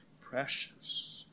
precious